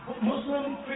Muslim